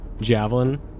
javelin